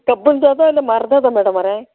ಅದು ಕಬ್ಬಿಣದ್ದದ್ದ ಇಲ್ಲ ಮರದದ್ದ ಮೇಡಮೊರೆ